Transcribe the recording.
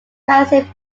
massive